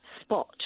spot